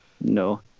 no